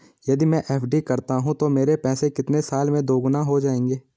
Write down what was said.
यदि मैं एफ.डी करता हूँ तो मेरे पैसे कितने साल में दोगुना हो जाएँगे?